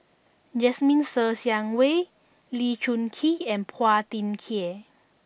Jasmine Ser Xiang Wei Lee Choon Kee and Phua Thin Kiay